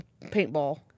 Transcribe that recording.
paintball